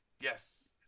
yes